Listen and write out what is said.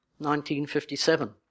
1957